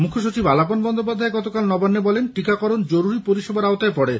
মুখ্যসচিব আলাপন বন্দ্যোপাধ্যায় গতকাল নবান্নে বলেন টিকাকরণ জরুরি পরিষেবার আওতায় পড়ে